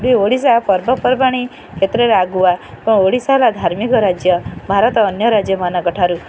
ଏବେ ଓଡ଼ିଶା ପର୍ବପର୍ବାଣି କ୍ଷେତ୍ରରେ ଆଗୁଆ ଏବଂ ଓଡ଼ିଶା ହେଲା ଧାର୍ମିକ ରାଜ୍ୟ ଭାରତ ଅନ୍ୟ ରାଜ୍ୟମାନଙ୍କ ଠାରୁ